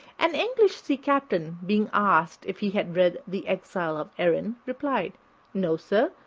an english sea-captain being asked if he had read the exile of erin, replied no, sir,